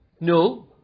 No